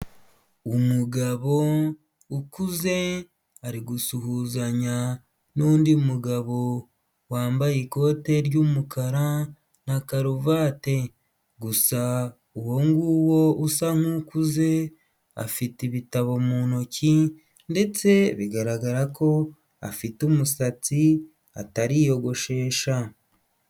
Umugabo ukuze ari gusuhuzanya n'undi mugabo wambaye ikote ry'umukara na karuvati, gusa uwo nguwo usa nk'ukuze afite ibitabo mu ntoki ndetse bigaragara ko afite umusatsi atariyogoshesha.